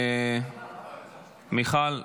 מיכל וולדיגר,